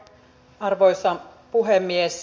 arvoisa puhemies